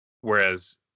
Whereas